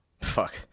Fuck